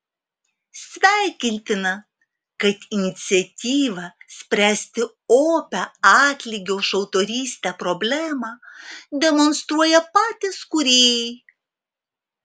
sveikintina kad iniciatyvą spręsti opią atlygio už autorystę problemą demonstruoja patys kūrėjai